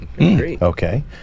Okay